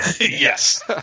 Yes